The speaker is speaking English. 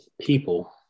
people